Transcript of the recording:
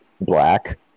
black